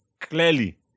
clearly